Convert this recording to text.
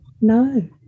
No